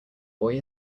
boy